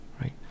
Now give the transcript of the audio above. right